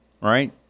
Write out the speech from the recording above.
Right